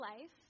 life